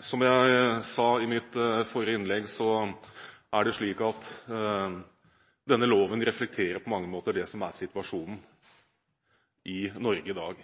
Som jeg sa i mitt forrige innlegg, så reflekterer denne loven på mange måter det som er situasjonen i Norge i dag.